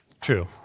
True